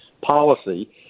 policy